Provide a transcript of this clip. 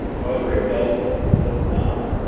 however it does it does not,